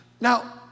Now